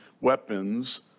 weapons